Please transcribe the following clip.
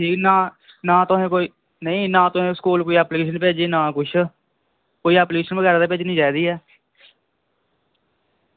कि की नां नां तुसैं कोई नेईं नां तुसैं स्कूल कोई एप्लीकेशन भेजी नां कुछ कोई एप्लीकेशन वगैरा ते भेजनी चाहिदी ऐ